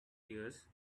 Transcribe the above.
years